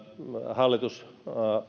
hallitus